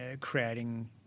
creating